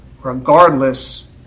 regardless